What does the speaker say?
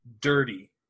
dirty